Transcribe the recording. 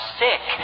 sick